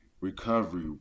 recovery